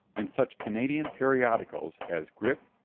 in such canadian periodicals as grip,